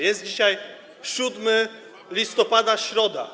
Jest dzisiaj 7 listopada, środa.